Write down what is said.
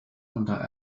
unter